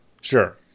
Sure